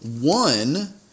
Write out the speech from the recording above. one